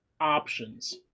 options